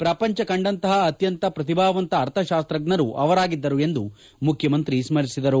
ಪ್ರಪಂಚ ಕಂಡಂತಹ ಅತ್ವಂತ ಪ್ರತಿಭಾವಂತ ಅರ್ಥಶಾಸ್ತಜ್ಞರು ಅವರಾಗಿದ್ದರು ಎಂದು ಮುಖ್ಯಮಂತ್ರಿ ಸ್ವರಿಸಿದರು